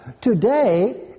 Today